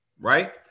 right